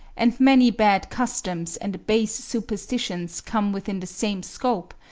and many bad customs and base superstitions come within the same scope,